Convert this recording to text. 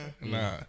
Nah